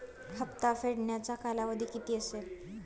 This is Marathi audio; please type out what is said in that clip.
हप्ता फेडण्याचा कालावधी किती असेल?